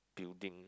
building